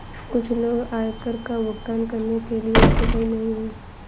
कुछ लोग आयकर का भुगतान करने के लिए उत्तरदायी नहीं हैं